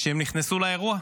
הם נכנסו לאירוע.